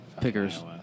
Pickers